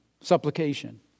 Supplication